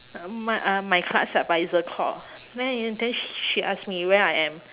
um m~ uh my class advisor call then uh then she ask me where I am